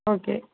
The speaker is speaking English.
okay